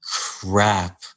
crap